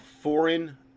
foreign